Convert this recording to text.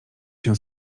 się